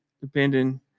depending